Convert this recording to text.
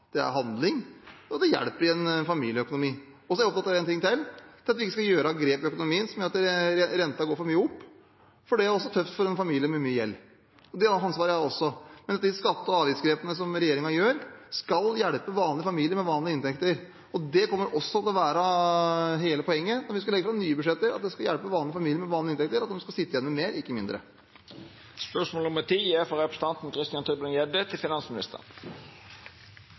det er handling, og det hjelper i en familieøkonomi. Så er jeg opptatt av en ting til: At vi ikke skal gjøre grep i økonomien som gjør at renta går for mye opp, for det er også tøft for en familie med mye gjeld. Det ansvaret har jeg også. Men de skatte- og avgiftsgrepene som regjeringen gjør, skal hjelpe vanlige familier med vanlige inntekter, og det kommer også til å være hele poenget når vi skal legge fram nye budsjetter: At det skal hjelpe vanlige familier med vanlig inntekt, og at de skal sitte igjen med mer, ikke mindre.